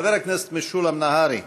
חבר הכנסת משולם נהרי,